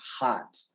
hot